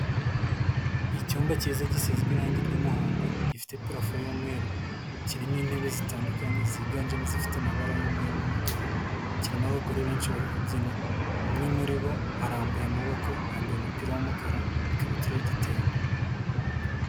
Icyumba cyiza gisizwe irangi ry'umuhondo, gifite parafo y'umweru, kirimo intebe zitandukanye ziganjemo izifite amabara y'umweru n'umukara, kirimo abagore benshi bari kubyina, umwe muri bo arambuye amaboko yambaye umupira w'umukara, ikabutura y'igitenge.